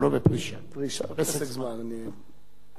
פסק זמן, אין בעיה.